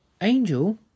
Angel